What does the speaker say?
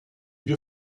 wir